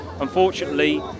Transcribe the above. unfortunately